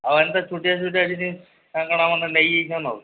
ଆଉ ଏନ୍ତା ଛୁଟିଆ ଛୁଟିଆ କିଛି କାଣା କାଣା ମାନ ନେଇଯାଇଛନ୍ ଆଉ